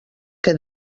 que